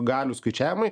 galių skaičiavimai